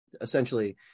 essentially